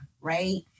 right